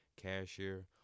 cashier